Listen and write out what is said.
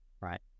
right